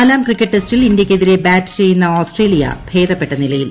നാലാം ക്രിക്കറ്റ് ടെസ്റ്റിൽ ഇന്ത്യയ്ക്കെതിരെ ബാറ്റ് ചെയ്യുന്ന ഓസ്ട്രേലി്യ ഭേദപ്പെട്ട നിലയിൽ